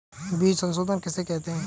बीज शोधन किसे कहते हैं?